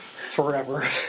Forever